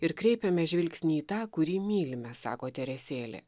ir kreipiame žvilgsnį į tą kurį mylime sako teresėlė